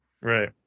Right